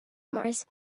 mars